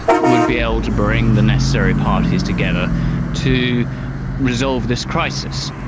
would be able to bring the necessary parties together to resolve this crisis.